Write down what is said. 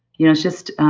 you know just,